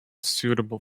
suitable